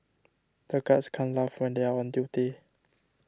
the guards can't laugh when they are on duty